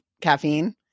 caffeine